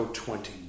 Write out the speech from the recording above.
twenty